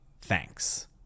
thanks